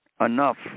enough